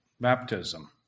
baptism